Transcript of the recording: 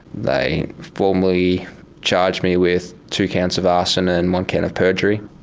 they formally charged me with two counts of arson and one count of perjury.